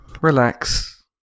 relax